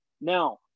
now